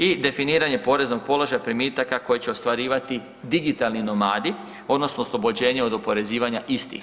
I definiranje poreznog položaja primitaka koje će ostvarivati „digitalni nomadi“ odnosno oslobođenje od oporezivanja istih.